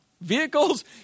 vehicles